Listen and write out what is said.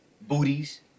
booties